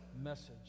message